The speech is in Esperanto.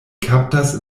kaptas